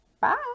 bye